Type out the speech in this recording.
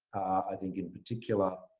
i think, in particular,